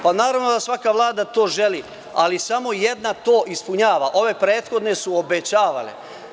Pa naravno da svaka Vlada to želi, ali samo jedna to ispunjava, ove prethodne su obećavale.